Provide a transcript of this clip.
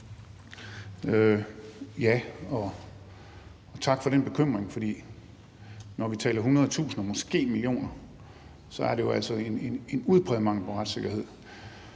(ALT): Tak for den bekymring, for når vi taler hundredtusinder og måske millioner, er det jo en udpræget mangel på retssikkerhed.